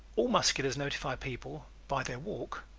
all musculars notify people, by their walk,